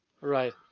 Right